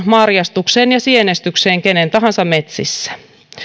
marjastukseen ja sienestykseen kenen tahansa metsissä